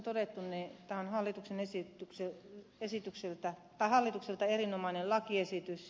aivan kuten tässä on todettu tämä on hallitukselta erinomainen lakiesitys